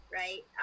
right